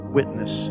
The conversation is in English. witness